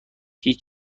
هیچ